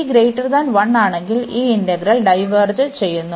P≥1 ആണെങ്കിൽ ഈ integral diverge ചെയ്യുന്നു